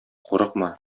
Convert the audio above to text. курыкма